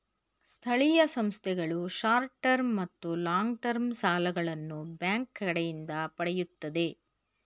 ಸ್ಥಳೀಯ ಸಂಸ್ಥೆಗಳು short term ಮತ್ತು ಲಾಂಗ್ ಟರ್ಮ್ ಸಾಲಗಳನ್ನು ಬ್ಯಾಂಕ್ ಕಡೆಯಿಂದ ಪಡೆಯುತ್ತದೆ